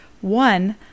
One